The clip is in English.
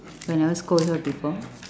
you never scold her before